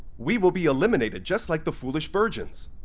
we will be eliminated just like the foolish virgins,